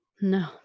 No